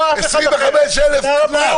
25,000 קנסות.